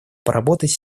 поработать